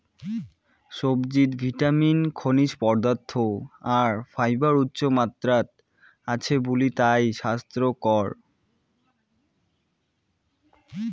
সবজিত ভিটামিন, খনিজ পদার্থ আর ফাইবার উচ্চমাত্রাত আছে বুলি তায় স্বাইস্থ্যকর